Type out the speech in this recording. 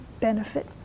benefit